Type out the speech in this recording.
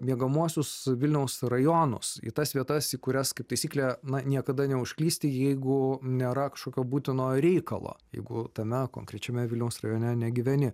miegamuosius vilniaus rajonus į tas vietas į kurias kaip taisyklė na niekada neužklysti jeigu nėra kažkokio būtino reikalo jeigu tame konkrečiame vilniaus rajone negyveni